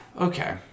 Okay